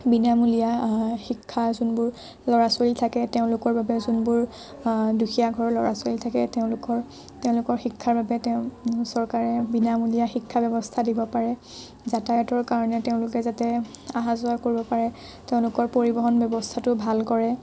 বিনামূলীয়া শিক্ষা যোনবোৰ ল'ৰা ছোৱালী থাকে তেওঁলোকৰ বাবে যোনবোৰ দুখীয়া ঘৰৰ ল'ৰা ছোৱালী থাকে তেওঁলোকাৰ তেওঁলোকৰ শিক্ষাৰ বাবে তেওঁ চৰকাৰে বিনামূলীয়া শিক্ষা ব্যৱস্থা দিব পাৰে যাতায়তৰ কাৰণে তেওঁলোকে যাতে আহা যোৱা কৰিব পাৰে তেওঁলোকৰ পৰিবহণ ব্যৱস্থাটো ভাল কৰে